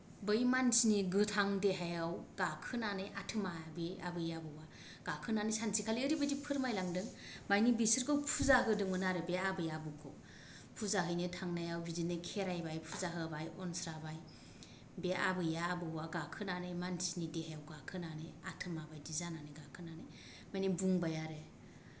बै मानसिनि गोथां देहायाव गाखोनानै आतमा बे आबै आबौआ गाखोनानै सानसेखालि ओरैबायदि फोरमायलांदों माने बिसोरखौ फुजा होदोंमोन आरो बे आबै आबौखौ फुजा हैनो थांनायाव बिदिनो खेराइबाय फुजा होबाय अनस्राबाय बे आबैआ आबौआ गाखोनानै मानसिनि देहायाव गाखोनानै आतमा बायदि जानानै गाखोनानै माने बुंबाय आरो